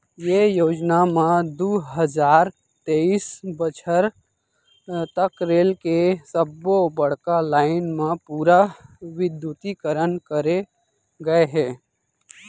ये योजना म दू हजार तेइस बछर तक रेल के सब्बो बड़का लाईन म पूरा बिद्युतीकरन करे गय हे